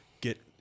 get